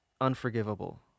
unforgivable